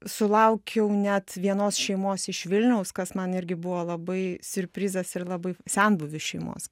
sulaukiau net vienos šeimos iš vilniaus kas man irgi buvo labai siurprizas ir labai senbuvių šeimos